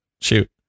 Shoot